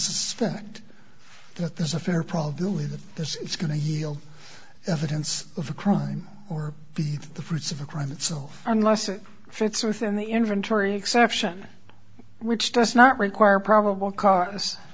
suspect that there's a fair probability that this is going to yield evidence of a crime or be the fruits of a crime itself unless it fits within the inventory exception which does not require probable cause